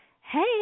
hey